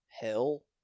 Hell